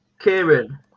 Kieran